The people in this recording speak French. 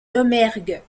domergue